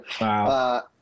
Wow